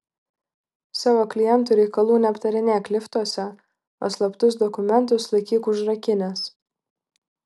savo klientų reikalų neaptarinėk liftuose o slaptus dokumentus laikyk užrakinęs